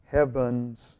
Heaven's